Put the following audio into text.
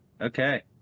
Okay